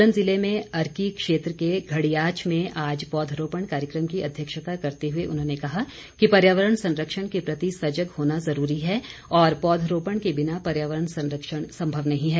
सोलन जिले में अर्की क्षेत्र के घड़ियाच में आज पौध रोपण कार्यक्रम की अध्यक्षता करते हुए उन्होंने कहा कि पर्यावरण संरक्षण के प्रति सजग होना जरूरी है और पौध रोपण के बिना पर्यावरण संरक्षण संभव नहीं है